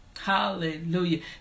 Hallelujah